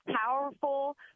powerful